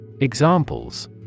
Examples